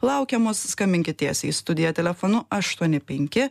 laukiamos skambinkit tiesiai į studiją telefonu aštuoni penki